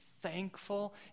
thankful